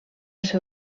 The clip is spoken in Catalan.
ser